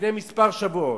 לפני כמה שבועות,